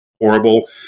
horrible